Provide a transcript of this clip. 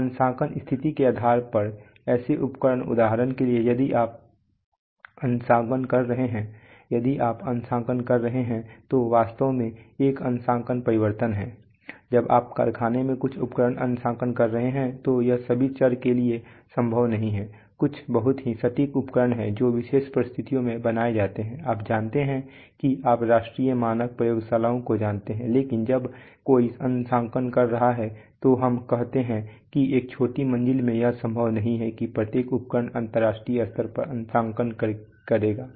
तो अंशांकन स्थिति के आधार पर ऐसे उपकरण उदाहरण के लिए यदि आप अंशांकन कर रहे हैं यदि आप अंशांकन कर रहे हैं तो वास्तव में एक अंशांकन परिवर्तन है जब आप कारखाने में कुछ उपकरण अंशांकन कर रहे हैं तो यह सभी चर के लिए संभव नहीं है कुछ बहुत ही सटीक उपकरण हैं जो विशेष परिस्थितियों में बनाए जाते है आप जानते हैं कि आप राष्ट्रीय मानक प्रयोगशालाओं को जानते हैं लेकिन जब कोई अंशांकन कर रहा है तो हम कहते हैं कि एक छोटी मंजिल में यह संभव नहीं है कि प्रत्येक उपकरण अंतरराष्ट्रीय मानक स्तर पर अंशांकन करेगा